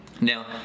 Now